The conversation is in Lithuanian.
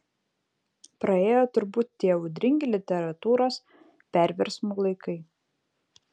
praėjo turbūt tie audringi literatūros perversmų laikai